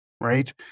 right